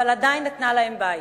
אבל עדיין נתנה להם בית.